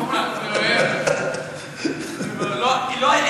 היא לא,